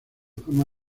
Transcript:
forma